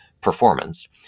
Performance